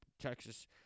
Texas